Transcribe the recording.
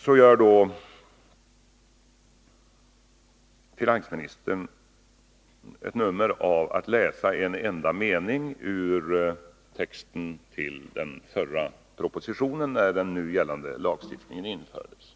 Så gör då finansministern ett nummer av det här genom att läsa upp en enda mening ur texten till den förra propositionen när den nu gällande lagstiftningen infördes.